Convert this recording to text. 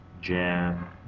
Jam